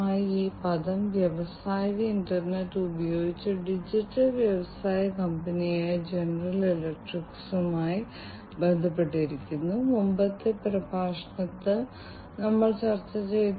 അതിനാൽ അവർക്ക് അവരുടേതായ വ്യത്യസ്ത വ്യാവസായിക പ്രക്രിയകളുണ്ട് വ്യത്യസ്ത വ്യാവസായിക പ്രക്രിയകളുടെ അടിസ്ഥാന ആശയങ്ങളിലൂടെ ഞങ്ങൾ കടന്നുപോയി മുൻ പ്രഭാഷണത്തിൽ ഐഒടിയുടെ സഹായത്തോടെ ഈ പ്രക്രിയകൾ എങ്ങനെ മെച്ചപ്പെടുത്താം